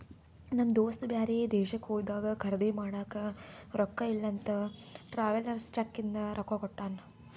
ನಮ್ ದೋಸ್ತ ಬ್ಯಾರೆ ದೇಶಕ್ಕ ಹೋದಾಗ ಖರ್ದಿ ಮಾಡಾಕ ರೊಕ್ಕಾ ಇಲ್ಲ ಅಂತ ಟ್ರಾವೆಲರ್ಸ್ ಚೆಕ್ ಇಂದ ರೊಕ್ಕಾ ಕೊಟ್ಟಾನ